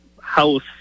house